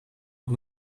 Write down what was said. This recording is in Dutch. het